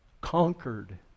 conquered